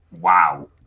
wow